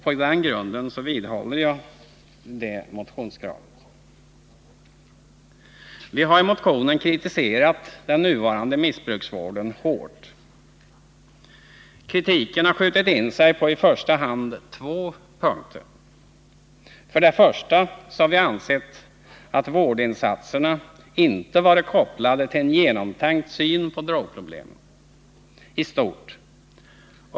På den grunden vidhåller jag motionskravet. I motionen kritiserar vi hårt den nuvarande missbruksvården. Kritiken skjuter in sig på i första hand två punkter. För det första anser vi att vårdinsatserna inte varit kopplade till en genomtänkt syn på drogproblemen i stort.